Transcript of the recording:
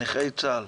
נכי צה"ל,